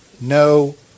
No